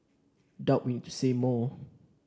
doubt we need to say more